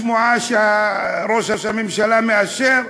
שמועה שראש הממשלה מאשר,